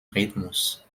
rhythmus